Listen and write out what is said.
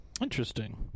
Interesting